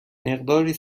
مقداری